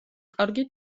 კარგი